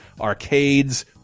arcades